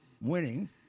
winning